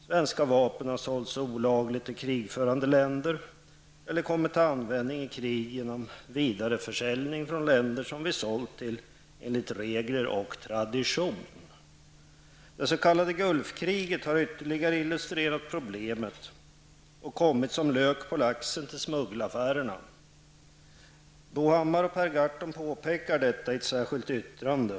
Svenska vapen har sålts olagligt i krigförande länder eller kommit till användning i krig genom vidareförsäljning från länder som vi har sålt till enligt regler och tradition. Det s.k. Gulfkriget har ytterligare illustrerat problemet och kommit som lök på laxen till smuggelaffärerna. Bo Hammar och Per Gahrton påpekar detta i ett särskilt yttrande.